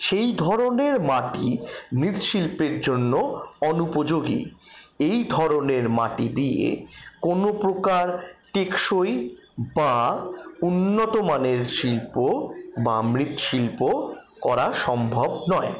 সেই ধরণের মাটি মৃৎশিল্পের জন্য অনুপযোগী এই ধরণের মাটি দিয়ে কোনো প্রকার টেকসই বা উন্নত মানের শিল্প বা মৃৎশিল্প করা সম্ভব নয়